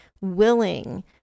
willing